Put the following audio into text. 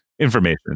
Information